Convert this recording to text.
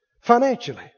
financially